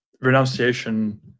renunciation